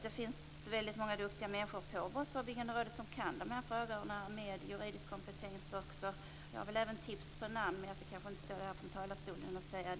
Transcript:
Det finns väldigt många duktiga människor på Brottsförebyggande rådet som kan de här frågorna och som har juridisk kompetens. Jag har även tips på namn, men det kanske jag inte skall lämna från talarstolen.